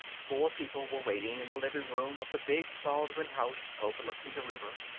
four people were waiting in the living room of the big baldwin house overlooking the river.